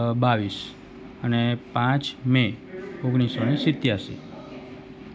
બાવીસ અને પાંચ મે ઓગણીસો ને સત્યાશી